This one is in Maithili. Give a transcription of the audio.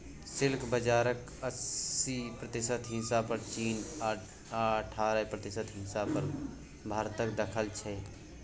सिल्क बजारक अस्सी प्रतिशत हिस्सा पर चीन आ अठारह प्रतिशत हिस्सा पर भारतक दखल छै